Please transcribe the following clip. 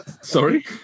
Sorry